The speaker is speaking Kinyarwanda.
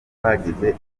twageze